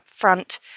upfront